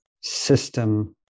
system